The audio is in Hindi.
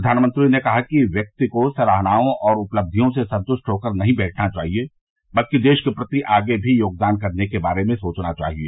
प्रधानमंत्री ने कहा कि व्यक्ति को सराहनाओं और उपलब्धियों से संतुष्ट होकर नहीं बैठना चाहिए बल्कि देश के प्रति आगे भी योगदान करने के बारे में सोचना चाहिए